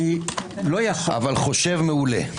אבל חושב מעולה.